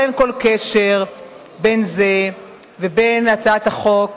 אבל אין כל קשר בין זה ובין הצעת החוק